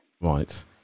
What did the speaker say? Right